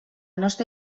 nostre